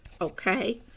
Okay